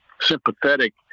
sympathetic